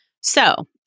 So-